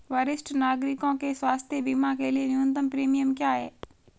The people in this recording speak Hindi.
वरिष्ठ नागरिकों के स्वास्थ्य बीमा के लिए न्यूनतम प्रीमियम क्या है?